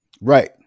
Right